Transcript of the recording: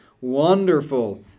wonderful